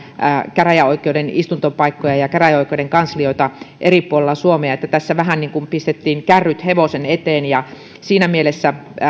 käräjäoikeuden istuntopaikkoja ja käräjäoikeuden kanslioita eri puolella suomea eli tässä vähän niin kuin pistettiin kärryt hevosen eteen ja siinä mielessä